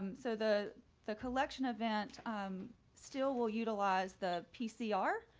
um so the the collection event um still will utilize the pcr,